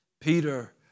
Peter